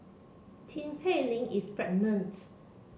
Tin Pei Ling is